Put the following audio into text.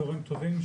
צוהריים טובים,